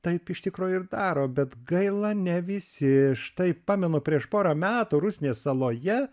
taip iš tikro ir daro bet gaila ne visi štai pamenu prieš porą metų rusnės saloje